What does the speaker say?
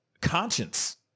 conscience